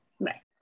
bye